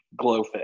glowfish